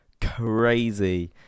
crazy